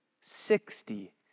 sixty